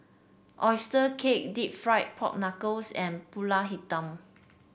oyster cake deep fried Pork Knuckles and pulut hitam